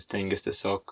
stengies tiesiog